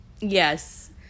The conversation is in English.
Yes